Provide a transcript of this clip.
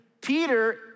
Peter